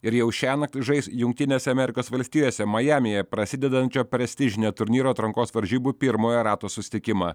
ir jau šiąnakt žais jungtinėse amerikos valstijose majamyje prasidedančio prestižinio turnyro atrankos varžybų pirmojo rato susitikimą